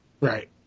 Right